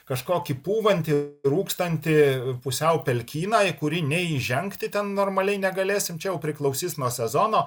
kažkokį pūvantį rūkstantį pusiau pelkyną į kurį nei įžengti ten normaliai negalėsim čia priklausys nuo sezono